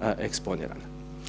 eksponirana.